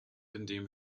indem